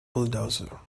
bulldozer